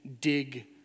dig